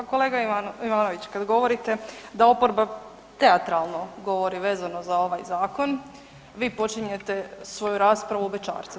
Kolega Ivanović kada govorite da oporba teatralno govori vezano za ovaj zakon vi počinjete svoju raspravu bećarcem.